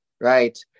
right